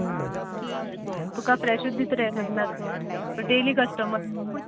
तुका फ्रेशच दीत रे लग्नाक तूं डेयली कस्टमर न्ही